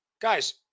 Guys